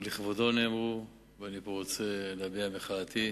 לא לכבודו נאמרו, ואני רוצה להביע פה מחאתי